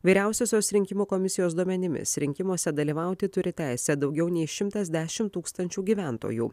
vyriausiosios rinkimų komisijos duomenimis rinkimuose dalyvauti turi teisę daugiau nei šimtas dešimt tūkstančių gyventojų